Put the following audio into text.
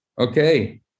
Okay